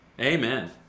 amen